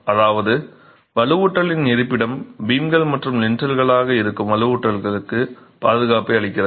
அதாவது வலுவூட்டலின் இருப்பிடம் பீம்கள் மற்றும் லிண்டல்களாக இருக்கும் வலுவூட்டலுக்கு பாதுகாப்பை அளிக்கிறது